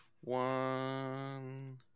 one